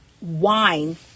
wine